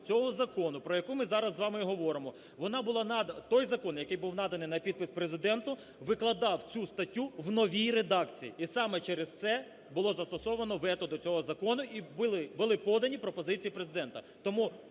цього закону, про яку ми зараз з вами говоримо, вона була нада… той закон, який був наданий на підпис Президенту, викладав цю статтю в новій редакції, і саме через це було застосовано вето до цього закону, і були подані пропозиції Президента.